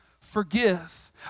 forgive